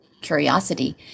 curiosity